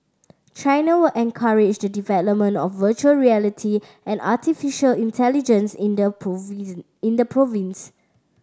China will encourage the development of virtual reality and artificial intelligence in the in the province